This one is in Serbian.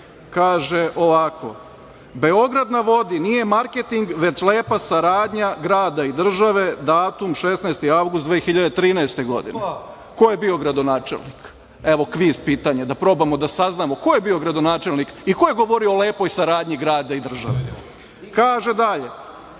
kaže ovako – „Beograd na vodi“ nije marketing, već lepa saradnja grada i države, datum 16. avgust 2013. godine. Ko je bio gradonačelnik? Evo, kviz pitanje, da probamo da saznamo ko je bio gradonačelnik i ko je govorio o lepoj saradnji grada i države. Kaže dalje.